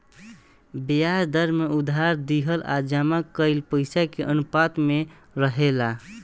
ब्याज दर में उधार दिहल आ जमा कईल पइसा के अनुपात में रहेला